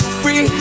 free